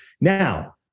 Now